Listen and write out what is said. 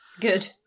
Good